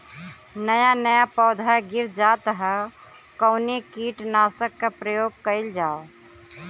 नया नया पौधा गिर जात हव कवने कीट नाशक क प्रयोग कइल जाव?